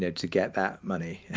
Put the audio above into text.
yeah to get that money,